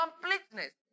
completeness